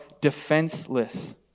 defenseless